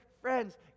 friends